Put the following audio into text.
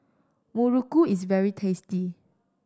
muruku is very tasty